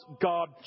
God